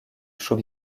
show